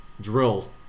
Drill